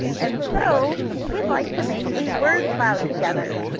and so we'd like to make a word cloud together.